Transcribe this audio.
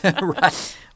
Right